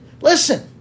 Listen